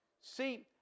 See